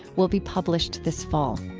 will be published this fall.